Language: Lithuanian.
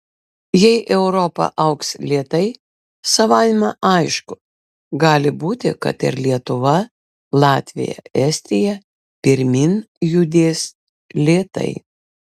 jei europa augs lėtai savaime aišku gali būti kad ir lietuva latvija estija pirmyn judės lėtai